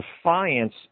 defiance